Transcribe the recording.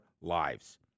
lives